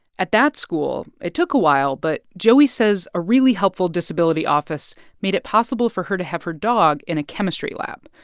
at that school, it took a while, but joey says a really helpful disability office made it possible for her to have her dog in a chemistry lab.